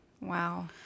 Wow